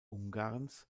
ungarns